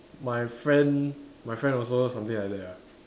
my friend my friend also something like that ah